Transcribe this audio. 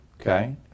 Okay